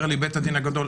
אומר לי בית הדין הגדול,